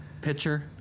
pitcher